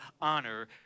honor